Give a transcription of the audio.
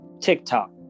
TikTok